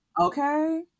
Okay